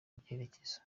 byerekezo